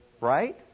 Right